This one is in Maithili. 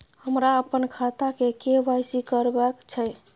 हमरा अपन खाता के के.वाई.सी करबैक छै